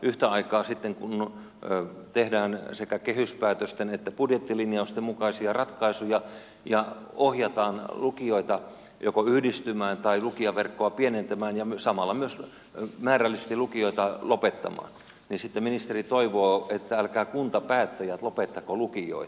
yhtä aikaa sitten kun tehdään sekä kehyspäätösten että budjettilinjausten mukaisia ratkaisuja ja ohjataan lukioita joko yhdistymään tai lukioverkkoa pienentämään ja samalla myös määrällisesti lukioita lopettamaan ministeri toivoo että älkää kuntapäättäjät lopettako lukioita